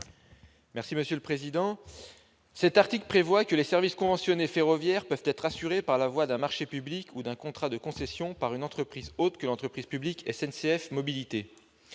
M. Guillaume Gontard. Cet article prévoit que les services conventionnés ferroviaires peuvent être assurés par la voie d'un marché public ou d'un contrat de concession par une entreprise autre que l'entreprise publique SNCF Mobilités.